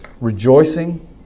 rejoicing